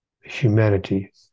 humanity